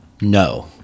No